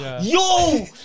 Yo